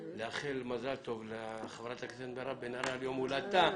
לאחל מזל טוב לחברת הכנסת מירב בן ארי על יום הולדתה.